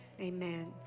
amen